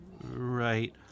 right